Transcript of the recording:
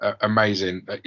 amazing